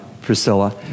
Priscilla